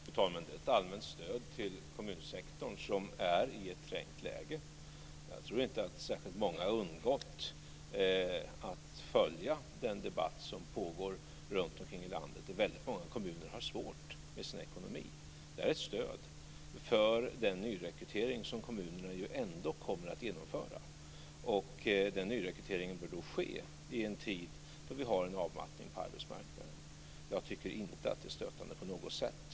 Fru talman! Det är ett allmänt stöd till kommunsektorn, som är i ett trängt läge. Jag tror inte att särskilt många har undgått att följa den debatt som pågår runtomkring i landet, där väldigt många kommunerna har svårt med sin ekonomi. Det här är ett stöd för den nyrekrytering som kommunerna ju ändå kommer att genomföra. Den nyrekryteringen bör då ske i en tid då vi har en avmattning på arbetsmarknaden. Jag tycker inte att det är stötande på något sätt.